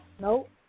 Nope